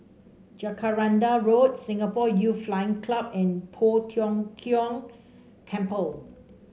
Jacaranda Road Singapore Youth Flying Club and Poh Tiong Kiong Temple